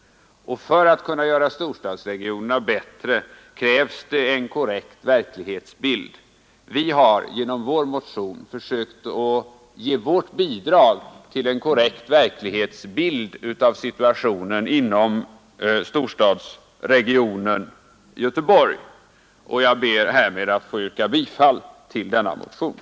För att kunna göra dem bättre krävs en korrekt verklighetsbild. Vi har genom vår motion försökt ge vårt bidrag till en korrekt verklighetsbild av situationen inom storstadsregionen Göteborg. Jag ber härmed att få yrka bifall till motionen 374.